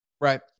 right